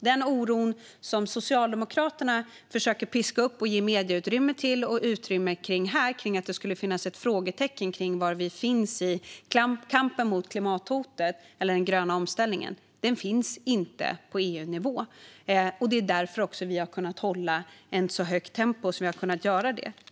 Den oro som Socialdemokraterna försöker piska upp och ge mediautrymme till och ge utrymme här - att det skulle finnas frågetecken kring var vi finns i kampen mot klimathotet eller i den gröna omställningen - finns inte på EU-nivå. Det är också därför som vi har kunnat hålla ett så högt tempo.